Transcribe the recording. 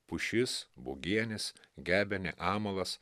pušis bugienis gebenė amalas